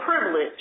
privilege